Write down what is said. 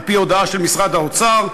על-פי הודעה של משרד האוצר,